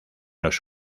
los